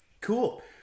Cool